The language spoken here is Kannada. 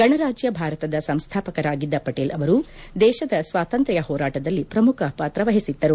ಗಣರಾಜ್ಯ ಭಾರತದ ಸಂಸ್ಥಾಪಕರಾಗಿದ್ದ ಪಟೀಲ್ ಅವರು ದೇಶದ ಸ್ನಾತಂತ್ರ್ ಹೋರಾಟದಲ್ಲಿ ಪ್ರಮುಖ ಪಾತ್ರ ವಹಿಸಿದ್ದರು